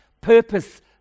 Purpose